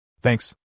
Thanks